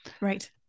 Right